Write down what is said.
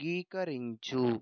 అంగీకరించు